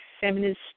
feminist